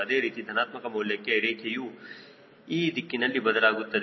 ಅದೇ ರೀತಿ ಧನಾತ್ಮಕ ಮೌಲ್ಯಕ್ಕೆ ರೇಖೆಯು ಈ ದಿಕ್ಕಿನಲ್ಲಿ ಬದಲಾಗುತ್ತದೆ